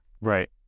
Right